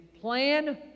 plan